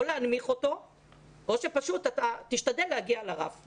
או להנמיך אותו או שפשוט תשתדל להגיע לרף.